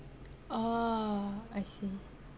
orh I see